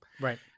Right